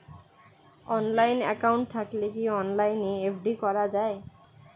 Online account থাকলে কি অনলাইনে এফ.ডি করা যায়?